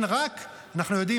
אנחנו יודעים,